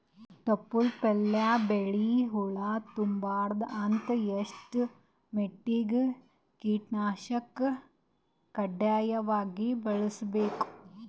ತೊಪ್ಲ ಪಲ್ಯ ಬೆಳಿ ಹುಳ ತಿಂಬಾರದ ಅಂದ್ರ ಎಷ್ಟ ಮಟ್ಟಿಗ ಕೀಟನಾಶಕ ಕಡ್ಡಾಯವಾಗಿ ಬಳಸಬೇಕು?